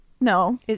No